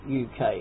uk